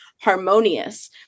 Harmonious